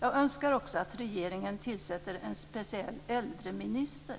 Jag önskar också att regeringen tillsätter en speciell äldreminister.